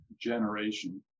generation